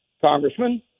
Congressman